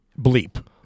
bleep